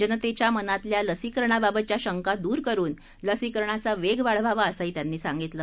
जनतेच्या मनातल्या लसीकरणाबाबतच्या शंका दूर करून लसीकरणाचा वेग वाढवावा असंही त्यांनी सांगितलं